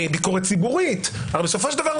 ביקורת ציבורית הרי בסופו של דבר,